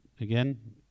again